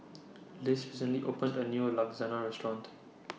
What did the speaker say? Liz recently opened A New Restaurant